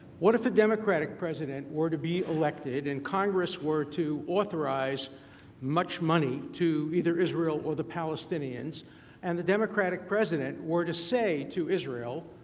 what if a democratic president were to be elected and congress were to authorize much money to israel or the palestinians and the democratic president were to say to israel,